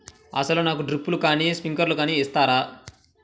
అసలు నాకు డ్రిప్లు కానీ స్ప్రింక్లర్ కానీ ఇస్తారా?